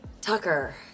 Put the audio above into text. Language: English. Tucker